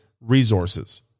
resources